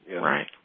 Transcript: right